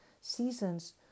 seasons